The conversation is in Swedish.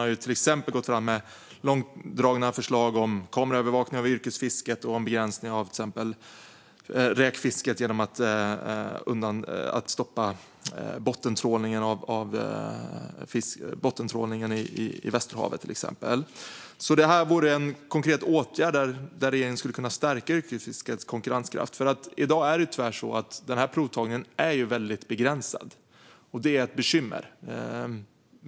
Man har till exempel gått fram med långt dragna förslag om kameraövervakning av yrkesfisket och en begränsning av räkfisket genom att till exempel stoppa bottentrålningen i Västerhavet. Detta vore alltså en konkret åtgärd där regeringen skulle kunna stärka yrkesfiskets konkurrenskraft. I dag är det tyvärr så att provtagningen är väldigt begränsad. Det är ett bekymmer.